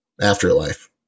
afterlife